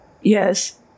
yes